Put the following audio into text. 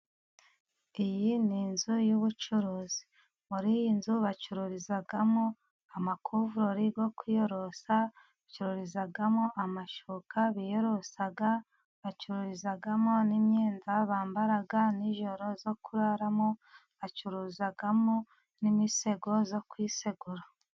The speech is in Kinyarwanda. Iyi ni inzu y'ubucuruzi. Muri iyi nzu bacururizamo amakuvurori yo kwiyorosa, bacururizamo amashyuka biyorosa, bacururizamo n'imyenda bambaraga ni'ijoro yo kuraramo, bacururizamo n'imisego yo kwisegura.